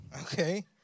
Okay